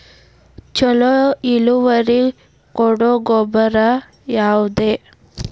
ಛಲೋ ಇಳುವರಿ ಕೊಡೊ ಗೊಬ್ಬರ ಯಾವ್ದ್?